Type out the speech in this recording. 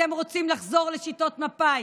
אתם רוצים לחזור לשיטות מפא"י,